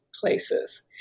places